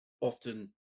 often